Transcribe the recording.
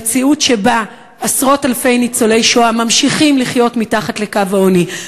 המציאות שבה עשרות אלפי ניצולי השואה ממשיכים לחיות מתחת לקו העוני,